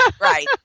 Right